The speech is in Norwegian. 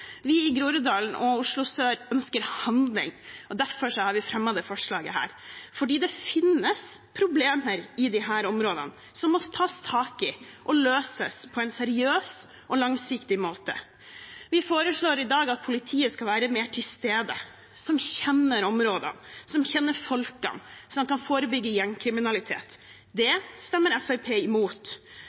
Vi i Groruddalen og Oslo sør ønsker handling. Derfor har vi fremmet dette forslaget, for det finnes problemer i disse områdene som må tas tak i og løses på en seriøs og langsiktig måte. Vi foreslår i dag at politiet skal være mer til stede, som kjenner områdene, som kjenner folkene, som kan forebygge gjengkriminalitet. Det stemmer Fremskrittspartiet imot.